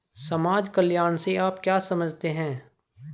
समाज कल्याण से आप क्या समझते हैं?